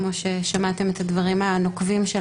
כמו ששמעתם את הדברים הנוקבים.